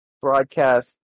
broadcast